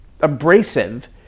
abrasive